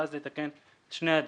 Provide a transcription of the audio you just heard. ואז לתקן את שני הדברים,